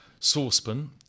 saucepan